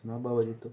सनाऽ बाबा जित्तो